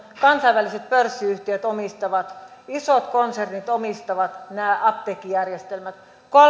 kansainväliset pörssiyhtiöt omistavat isot konsernit omistavat nämä apteekkijärjestelmät